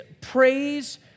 praise